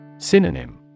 Synonym